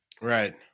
Right